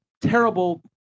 terrible